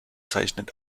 zeichnet